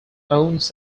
owns